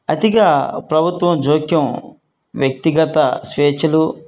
అతిగా ప్రభుత్వం జోక్యం వ్యక్తిగత స్వేచ్ఛలు